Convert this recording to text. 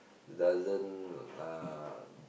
doesn't uh